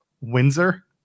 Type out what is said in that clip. Windsor